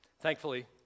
thankfully